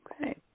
Okay